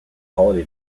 holiday